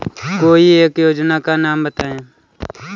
कोई एक योजना का नाम बताएँ?